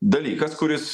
dalykas kuris